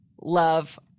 love